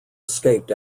escaped